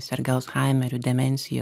serga alzhaimeriu demencija